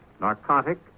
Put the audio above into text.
narcotic